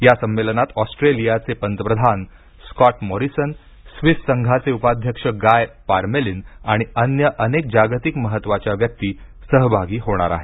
या संमेलनात ऑस्ट्रेलियाचे पंतप्रधान स्कॉट मोरिसन स्विस संघाचे उपाध्यक्ष गाय पारमेलीन आणि अन्य अनेक जागतिक महत्वाच्या व्यक्ती सहभागी होणार आहेत